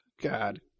God